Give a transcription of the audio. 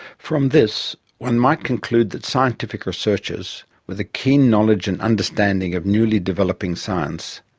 from this one might conclude that scientific researchers with a keen knowledge and understanding of newly developing science,